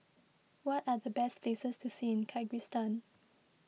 what are the best places to see in Kyrgyzstan